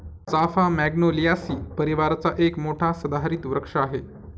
चाफा मॅग्नोलियासी परिवाराचा एक मोठा सदाहरित वृक्ष आहे